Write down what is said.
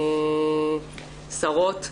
שרות,